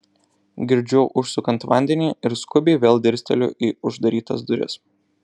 girdžiu užsukant vandenį ir skubiai vėl dirsteliu į uždarytas duris